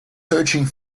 searching